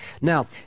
Now